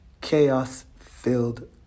chaos-filled